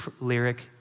lyric